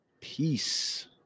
peace